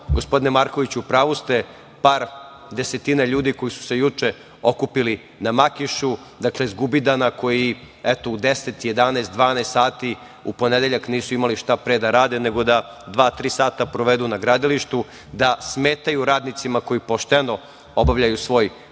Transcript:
gospodine Markoviću, u pravu ste, par desetina ljudi koji su se juče okupili na Makišu, dakle zgubidana koji, eto, u 10, 11, 12 sati u ponedeljak nisu imali šta pre da rade nego da dva-tri sata provedu na gradilištu, da smetaju radnicima koji pošteno obavljaju svoj posao.